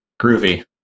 Groovy